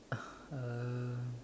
uh